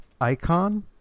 icon